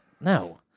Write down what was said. No